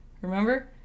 Remember